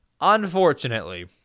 unfortunately